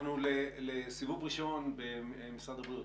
אנחנו לסיבוב ראשון במשרד הבריאות.